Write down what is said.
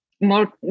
more